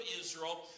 Israel